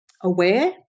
aware